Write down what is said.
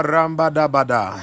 Rambadabada